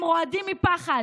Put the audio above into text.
הם רועדים מפחד,